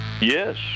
Yes